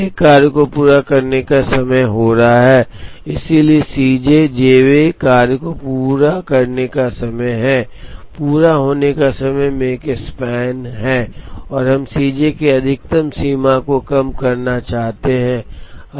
प्रत्येक कार्य को पूरा करने का समय हो रहा है इसलिए C j j वें कार्य को पूरा करने का समय है पूरा होने का समय Makespan है और हम C j की अधिकतम सीमा को कम करना चाहते हैं